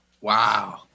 Wow